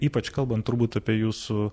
ypač kalbant turbūt apie jūsų